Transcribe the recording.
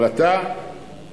אבל אתה מסרב.